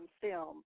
film